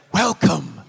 welcome